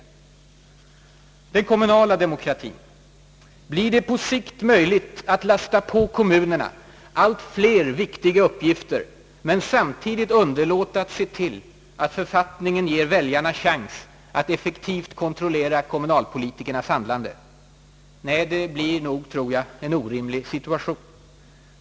Jag tar därefter upp frågan om den kommunala demokratien. Blir det på sikt möjligt att lasta på kommunerna allt fler viktiga uppgifter men samtidigt underlåta att se till att författningen ger väljarna chans att effektivt kontrollera kommunalpolitikernas handlande? Nej, det blir nog en orimlig situation.